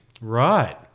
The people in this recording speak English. Right